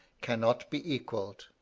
cannot be equalled.